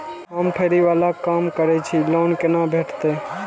हम फैरी बाला काम करै छी लोन कैना भेटते?